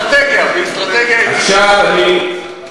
שר שיוכל,